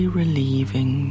relieving